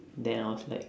then I was like